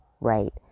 right